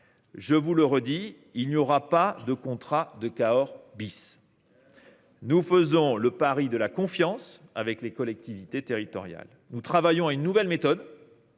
Je vous le redis, il n’y aura pas de contrats de Cahors ! Nous faisons le pari de la confiance avec les collectivités territoriales. Nous travaillons à une nouvelle méthode